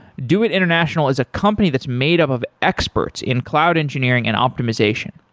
doit international is a company that's made up of experts in cloud engineering and optimization.